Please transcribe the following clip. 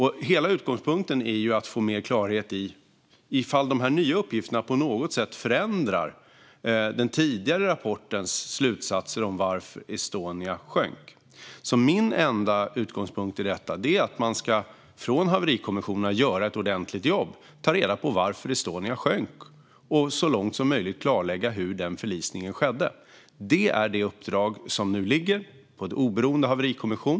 Hela utgångspunkten är att få klarhet i om de nya uppgifterna på något sätt förändrar den tidigare rapportens slutsatser om varför Estonia sjönk. Min enda utgångspunkt i detta är att haverikommissionen ska göra ett ordentligt jobb, ta reda på varför Estonia sjönk och så långt som möjligt klarlägga hur förlisningen skedde. Det är det uppdrag som ligger på en oberoende haverikommission.